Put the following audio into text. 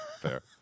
fair